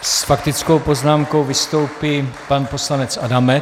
S faktickou poznámkou vystoupí pan poslanec Adamec.